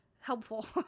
helpful